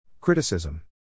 Criticism